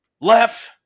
Left